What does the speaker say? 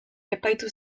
epaitu